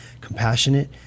compassionate